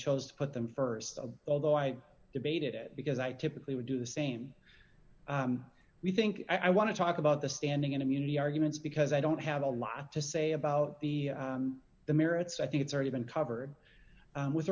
chose to put them st of all though i debated it because i typically would do the same we think i want to talk about the standing immunity arguments because i don't have a lot to say about the the merits i think it's already been covered with